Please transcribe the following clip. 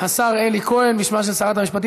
חוק ומשפט של הכנסת.